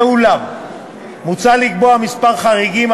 ואולם מוצע לקבוע כמה חריגים,